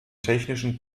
technischen